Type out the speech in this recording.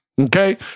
Okay